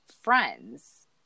friends